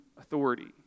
authority